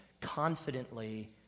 confidently